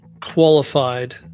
Qualified